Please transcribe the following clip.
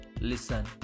Listen